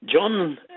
John